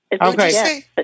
okay